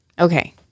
Okay